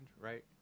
right